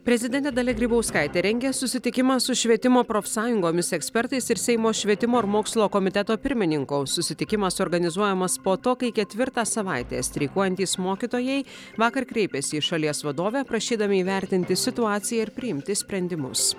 prezidentė dalia grybauskaitė rengia susitikimą su švietimo profsąjungomis ekspertais ir seimo švietimo ir mokslo komiteto pirmininko susitikimas organizuojamas po to kai ketvirtą savaitę streikuojantys mokytojai vakar kreipėsi į šalies vadovę prašydami įvertinti situaciją ir priimti sprendimus